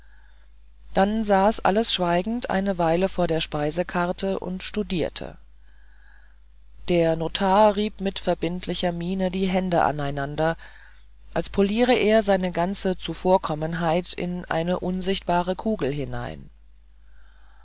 dann saß alles schweigend eine weile vor den speisekarten und studierte der notar rieb mit verbindlicher miene die hände ineinander als poliere er seine ganze zuvorkommenheit in eine unsichtbare kugel hinein